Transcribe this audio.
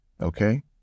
Okay